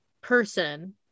person